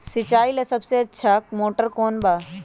सिंचाई ला सबसे अच्छा मोटर कौन बा?